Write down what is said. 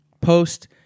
post